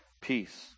peace